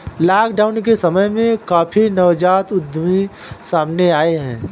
lockdown के समय में काफी नवजात उद्यमी सामने आए हैं